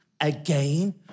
again